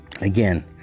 again